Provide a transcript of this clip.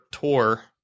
tour